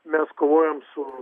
mes kovojam su